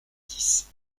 dix